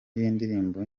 y’indirimbo